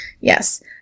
Yes